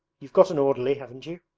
you've got an orderly, haven't you?